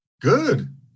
good